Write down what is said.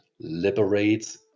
liberates